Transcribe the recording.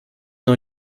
now